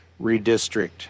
redistrict